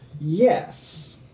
Yes